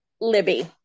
Libby